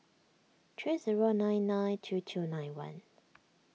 three zero nine nine two two nine one